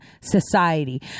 society